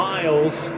Miles